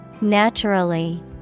Naturally